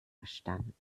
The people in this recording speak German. verstanden